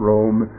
Rome